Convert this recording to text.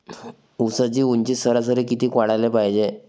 ऊसाची ऊंची सरासरी किती वाढाले पायजे?